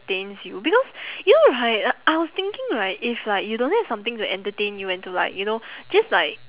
~tains you because you know right uh I was thinking right if like you don't have something to entertain you and to like you know just like